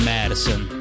Madison